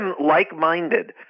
like-minded